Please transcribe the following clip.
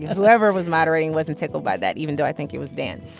whoever was moderating wasn't tickled by that even though i think it was dan